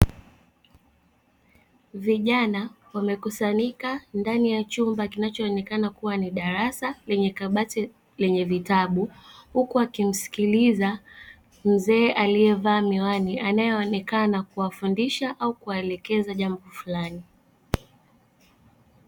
Vijana wamekusanyika ndani ya chumba kinachoonekana kuwa ni darasa lenye kabati lenye vitabu, huku wakimsikiliza mzee aliyevaa miwani anayeonekana kuwafundisha au kuwaelekeza jambo fulani.